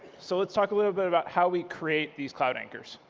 so let's talk a little bit about how we create these cloud anchors.